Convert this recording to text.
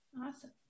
Awesome